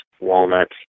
walnuts